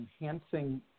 enhancing